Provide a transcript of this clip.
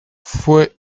fue